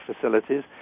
facilities